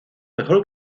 mejor